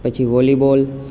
પછી વોલીબોલ